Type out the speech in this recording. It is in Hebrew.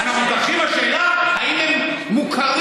אנחנו מתווכחים על השאלה אם הם מוכרים